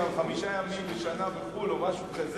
אני רוצה להגיד שמי בחו"ל ששוהה 105 ימים בשנה או משהו כזה,